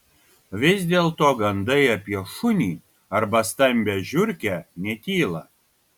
vis dėlto gandai apie šunį arba stambią žiurkę netyla